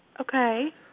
Okay